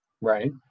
right